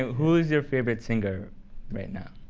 who is your favorite singer right now?